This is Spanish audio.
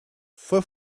fue